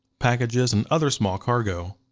packages, and other small cargo.